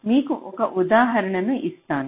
మీకు ఒక ఉదాహరణ ఇస్తాను